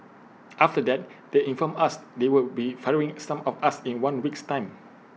after that they informed us they would be firing some of us in one week's time